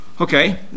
Okay